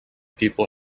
people